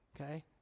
okay